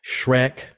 Shrek